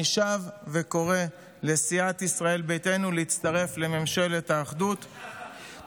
אני שב וקורא לסיעת ישראל ביתנו להצטרף לממשלת האחדות,